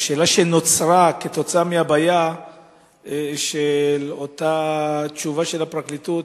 השאלה שנוצרה כתוצאה מהבעיה של אותה תשובה של הפרקליטות,